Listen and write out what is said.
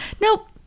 nope